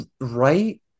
right